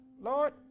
Lord